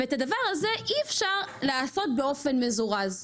ואת הדבר הזה אי אפשר לעשות באופן מזורז,